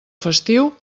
festiu